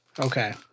Okay